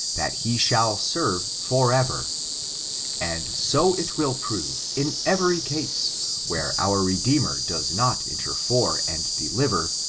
that he shall serve for ever and so it will prove in every case where our redeemer does not inter fore, and deliver,